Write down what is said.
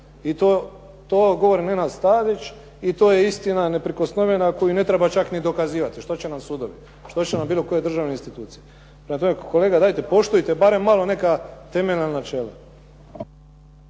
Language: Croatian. I to govori Nenad Stazić i to je istina neprikosnovena koju ne treba čak ni dokazivati. Što će nam sudovi. Što će nam bilo koja državna institucija. Prema tome kolega dajte poštujte barem malo neka temeljna načela.